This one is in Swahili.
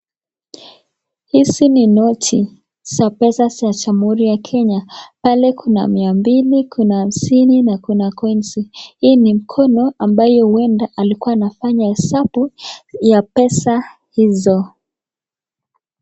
Hizi ni noti za pesa za jamuhuri ya Kenya, pale kuna 200,kuna 50 na kuna coins .Hii ni mkono ambayo huenda alikua anafanya hesabu ya pesa hizo.